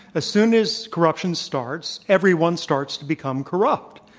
ah soon as corruption starts, everyone starts to become corrupt.